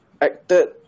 acted